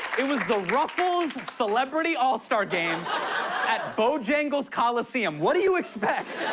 it was the ruffles celebrity all-star game at bojangles coliseum. what do you expect?